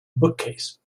bookcase